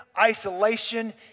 isolation